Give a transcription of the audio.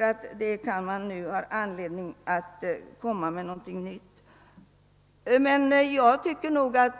att man nu har anledning att framlägga förslag om en ny utskottsorganisationen.